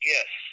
Yes